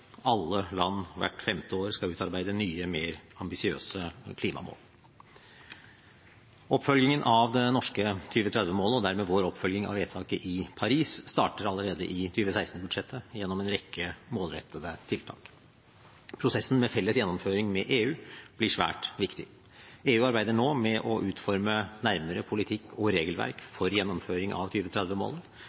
alle land hvert femte år skal utarbeide nye, mer ambisiøse klimamål. Oppfølgingen av det norske 2030-målet, og dermed vår oppfølging av vedtaket i Paris, starter allerede i 2016-budsjettet gjennom en rekke målrettede tiltak. Prosessen med felles gjennomføring med EU blir svært viktig. EU arbeider nå med å utforme nærmere politikk og regelverk for gjennomføring av